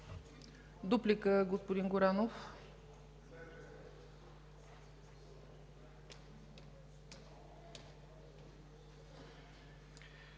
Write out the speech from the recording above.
Дуплика – господин Горанов.